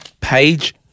page